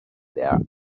their